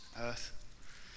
earth